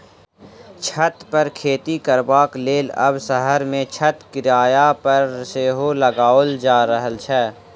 छत पर खेती करबाक लेल आब शहर मे छत किराया पर सेहो लगाओल जा रहल छै